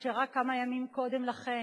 שרק כמה ימים קודם לכן